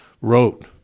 wrote